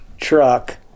truck